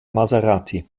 maserati